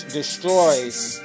destroys